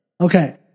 Okay